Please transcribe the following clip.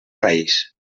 país